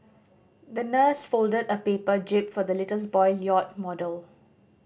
the nurse folded a paper jib for the little boy yacht model